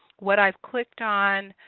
what i clicked on,